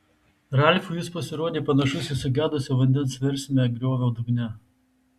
ralfui jis pasirodė panašus į sugedusio vandens versmę griovio dugne